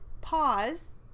pause